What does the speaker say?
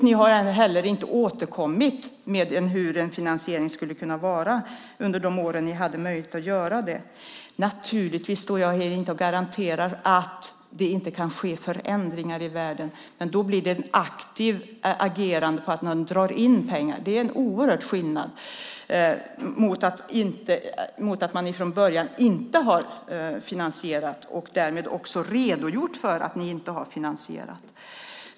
Ni har heller inte återkommit med uppgifter om hur finansieringen skulle kunna ske under de år ni hade möjlighet att göra det. Naturligtvis står jag inte och garanterar att det inte kan ske förändringar i världen. Men då blir det ett aktivt agerande för att dra in pengar. Det är en oerhörd skillnad mot att man från början inte har finansierat och därmed också har redogjort för att man inte har finansierat.